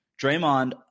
Draymond